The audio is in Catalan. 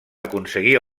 aconseguir